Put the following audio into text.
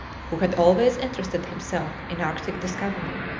who had always interested himself in arctic discovery.